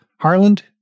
Harland